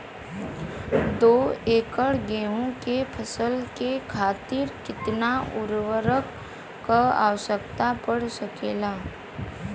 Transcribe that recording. दो एकड़ गेहूँ के फसल के खातीर कितना उर्वरक क आवश्यकता पड़ सकेल?